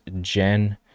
gen